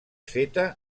feta